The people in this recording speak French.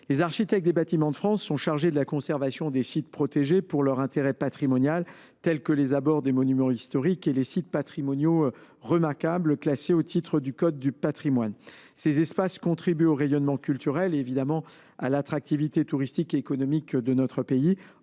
Les architectes des bâtiments de France sont chargés de la conservation des sites protégés en raison de leur intérêt patrimonial, tels que les abords des monuments historiques et les sites patrimoniaux remarquables classés au titre du code du patrimoine. Ces espaces contribuent au rayonnement culturel et à l’attractivité touristique et économique de notre pays.